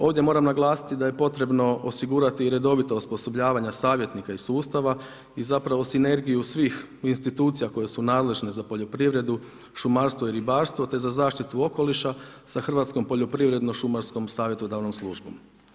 Ovdje moram naglasiti da je potrebno osigurati redovito osposobljavanje savjetnika i sustava i zapravo sinergiju svih institucija koje su nadležne za poljoprivredu, šumarstvo i ribarstvo te za zaštitu okoliša sa Hrvatskom poljoprivredno-šumarskom savjetodavnom službom.